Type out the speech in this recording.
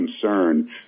concern